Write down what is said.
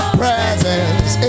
presence